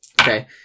Okay